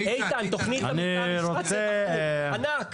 חום, ענק.